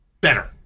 better